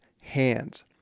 hands